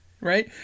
Right